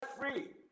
free